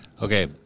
Okay